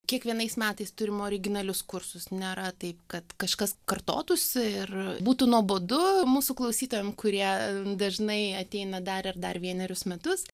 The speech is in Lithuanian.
kiekvienais metais turim originalius kursus nėra taip kad kažkas kartotųsi ir būtų nuobodu mūsų klausytojam kurie dažnai ateina dar ir dar vienerius metus